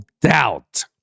doubt